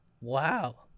Wow